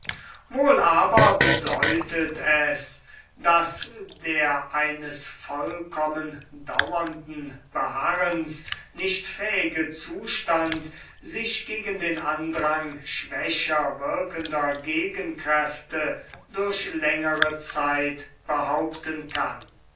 wohl aber bedeutet es daß der eines vollkommen dauernden beharrens nicht fähige zustand sictt gegen den andrang schwächer wirkender gegenkräfte durch längere zeit behaupten kann